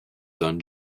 son